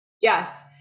Yes